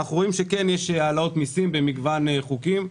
אנחנו רואים שכן יש העלאות מיסים במגוון חוקים.